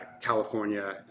California